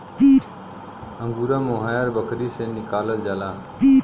angora mohair बकरी से निकालल जाला